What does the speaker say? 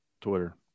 Twitter